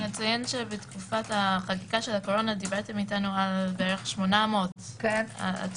בתקופת החקיקה של הקורונה דיברתם אתנו על כ-800 עצורים.